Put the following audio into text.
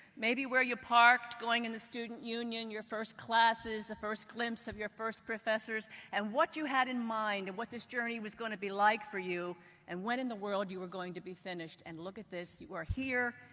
maybe where you parked, going into the student union, your first classes, the first glimpse of your first professors and what you had in mind and what this journey was going to be like for you and when in the world you were going to be finished. and look at this, you are here,